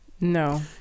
No